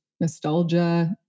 nostalgia